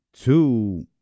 two